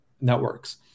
networks